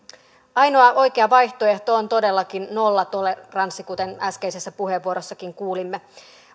ainoa oikea vaihtoehto on todellakin nollatoleranssi kuten äskeisessä puheenvuorossakin kuulimme